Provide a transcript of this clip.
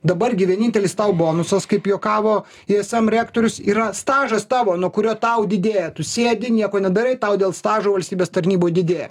dabar gi vienintelis tau bonusas kaip juokavo ism rektorius yra stažas tavo nuo kurio tau didėja tu sėdi nieko nedarai tau dėl stažo valstybės tarnyboj didėja